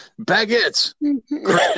Baguettes